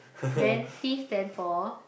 then T stand for